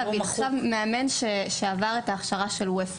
מאמן שעבר את ההכשרה של UEFA